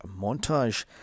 montage